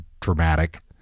dramatic